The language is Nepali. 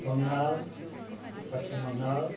बङ्गाल पश्चिम बङ्गाल